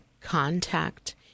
contact